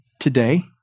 today